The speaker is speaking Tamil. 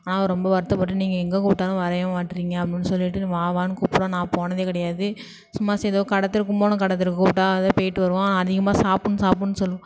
ஆனால் அவள் ரொம்ப வருத்தப்பட்டு நீங்கள் எங்கே கூப்பிட்டாலும் வரைவே மாட்றீங்க அப்புடின்னு சொல்லிட்டு வா வான்னு கூப்பிடுவா நான் போனதே கிடையாது சும்மா ஏதோ கடைத்தெருவுக்கு கும்பகோணம் கடைத்தெருவுக்கு கூப்பிட்டால் அதான் போயிட்டு வருவோம் ஆனால் அதிகமாக சாப்பிட்ணும் சாப்பிட்ணும் சொல்லும்